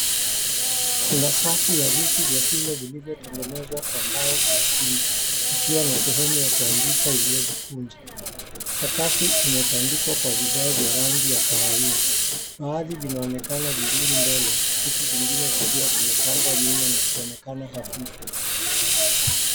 Kuna safu ya viti vya shule vilivyotengenezwa kwa mbao na chuma yakiwa na sehemu ya kuandika iliyojikunja. Sakafu imetandikwa kwa vigai vya rangi ya kahawia. Baadhi vinaonekana vizuri mbele, huku vingine vikiwa vimepambwa nyuma na kuonekana hafifu.